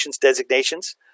designations